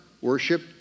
worship